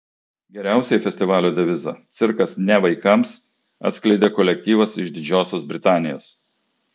geriausiai festivalio devizą cirkas ne vaikams atskleidė kolektyvas iš didžiosios britanijos